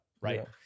Right